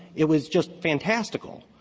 it was just fantastical.